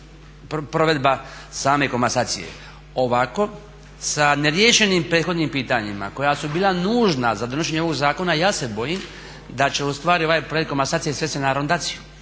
provedba same komasacije. Ovako sa neriješenim prethodnim pitanjima koja su bila nužna za donošenje ovog zakona ja se bojim da će ustvari ovaj projekt komasacije svest se na arondaciju,